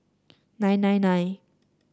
nine nine nine